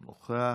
אינו נוכח,